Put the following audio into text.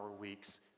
weeks